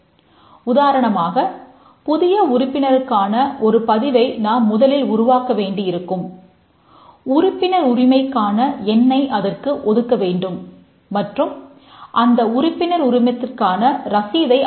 உதாரணமாக புதிய உறுப்பினருக்கான ஒரு பதிவை நாம் முதலில் உருவாக்க வேண்டி இருக்கும் உறுப்பினருரிமைக்கான எண்னை அதற்கு ஒதுக்க வேண்டும் மற்றும் அந்த உறுப்பினருரிமத்திற்கான ரசீதை அச்சிட வேண்டும்